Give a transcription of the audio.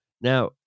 Now